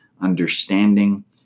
understanding